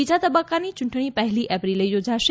બીજા તબક્કાની યૂંટણી પહેલી એપ્રિલે યોજાશે